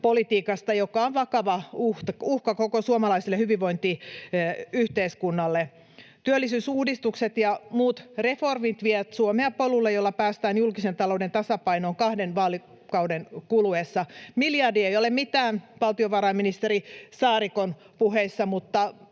joka on vakava uhka koko suomalaiselle hyvinvointiyhteiskunnalle. Työllisyysuudistukset ja muut reformit vievät Suomea polulle, jolla päästään julkisen talouden tasapainoon kahden vaalikauden kuluessa. Miljardi ei ole mitään valtiovarainministeri Saarikon puheissa, mutta